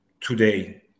today